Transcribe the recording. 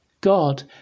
God